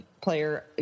player